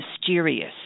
mysterious